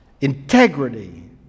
Integrity